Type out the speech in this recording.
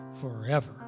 forever